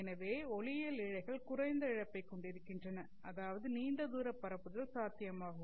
எனவே ஒளியியல் இழைகள் குறைந்த இழப்பைக் கொண்டிருக்கின்றன அதாவது நீண்ட தூரப் பரப்புதல் சாத்தியமாகும்